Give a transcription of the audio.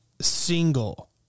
single